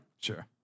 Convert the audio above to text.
Sure